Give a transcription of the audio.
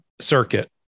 circuit